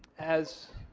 as